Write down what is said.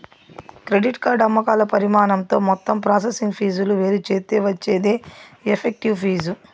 credit card అమ్మకాల పరిమాణంతో మొత్తం ప్రాసెసింగ్ ఫీజులు వేరుచేత్తే వచ్చేదే ఎఫెక్టివ్ ఫీజు